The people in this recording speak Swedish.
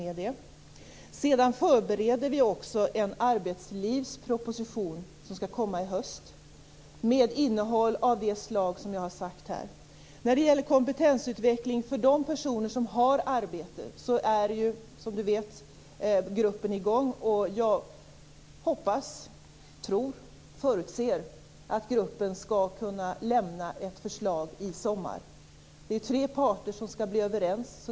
Vi förbereder också en arbetslivsproposition, som skall komma i höst, med innehåll av det slag som jag har nämnt här. När det gäller kompetensutveckling för de personer som har arbete är, som Hans Andersson vet, gruppen i gång. Jag hoppas, tror och förutser att gruppen skall kunna lämna ett förslag i sommar. Det är tre parter som skall bli överens.